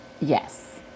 Yes